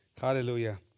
Hallelujah